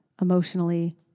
emotionally